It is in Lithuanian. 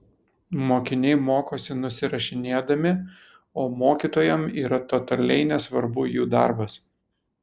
mokiniai mokosi nusirašinėdami o mokytojam yra totaliai nesvarbu jų darbas